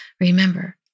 Remember